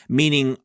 meaning